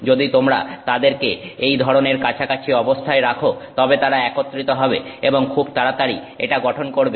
যদি তোমরা তাদেরকে এই ধরনের কাছাকাছি অবস্থায় রাখো তবে তারা একত্রিত হব এবং খুব তাড়াতাড়ি এটা গঠন করবে